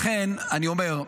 לכן, אני אומר,